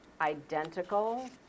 identical